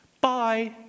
Bye